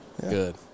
Good